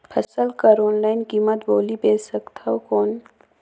फसल कर ऑनलाइन कीमत बोली बेच सकथव कौन?